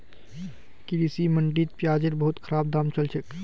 कृषि मंडीत प्याजेर बहुत खराब दाम चल छेक